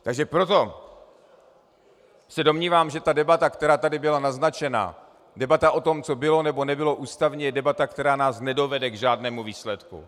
Takže proto se domnívám, že ta debata, která tady byla naznačena, debata o tom, co bylo nebo nebylo ústavní, je debata, která nás nedovede k žádnému výsledku.